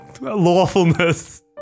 lawfulness